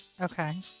Okay